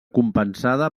compensada